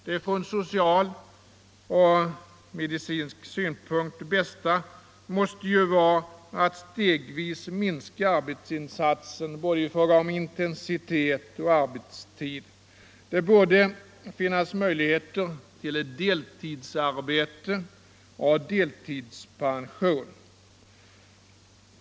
Det från social och medicinsk synpunkt bästa måste vara att stegvis minska arbetsinsatsen både i fråga om intensitet och arbetstid. Det borde finnas möjlighet till ett deltidsarbete och en deltidspension.